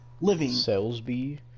Living